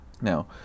Now